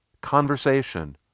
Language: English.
Conversation